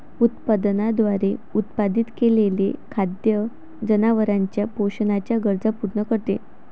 उत्पादनाद्वारे उत्पादित केलेले खाद्य जनावरांच्या पोषणाच्या गरजा पूर्ण करते